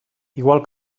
igual